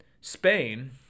Spain